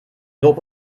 lob